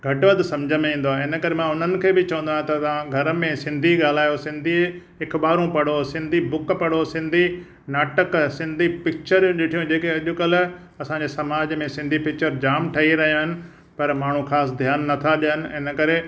घटि वधि सम्झ में ईंदो आहे इन करे मां उन्हनि खे बि चवंदो आहियां त तव्हां घर में सिंधी ॻाल्हायो सिंधी अखबारूं पढ़ो सिंधी बुक पढ़ो सिंधी नाटक सिंधी पिक्चरूं ॾिठ्यूं जेके अॼुकल्ह असांजे समाज में सिंधी पिक्चर जाम ठही रहियूं आहिनि पर माण्हू ख़ासि ध्यानु न था ॾियनि इन करे